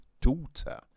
daughter